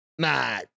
Nah